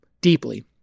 deeply